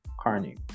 Carney